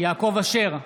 יעקב אשר,